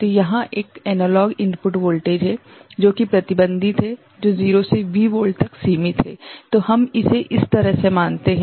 तो यहाँ एक एनालॉग इनपुट वोल्टेज है जो कि प्रतिबंधित है जो 0 से V वोल्ट तक सीमित है तो हम इसे इस तरह से मानते हैं